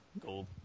Gold